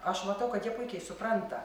aš matau kad jie puikiai supranta